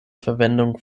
verwendung